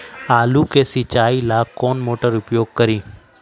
आलू के सिंचाई ला कौन मोटर उपयोग करी?